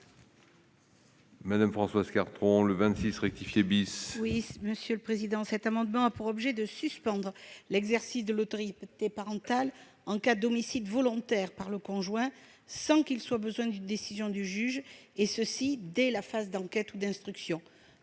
Mme Françoise Cartron. Cet amendement a pour objet de suspendre l'exercice de l'autorité parentale en cas d'homicide volontaire par le conjoint, sans qu'il soit besoin d'une décision du juge, et ce dès la phase d'enquête ou d'instruction.